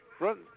Run